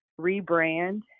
rebrand